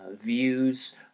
views